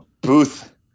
Booth